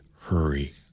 hurry